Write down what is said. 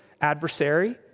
adversary